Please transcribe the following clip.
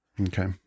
Okay